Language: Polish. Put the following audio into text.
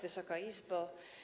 Wysoka Izbo!